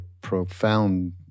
profound